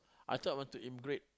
I thought I want to immigrate